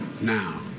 now